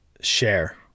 share